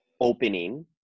opening